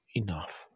enough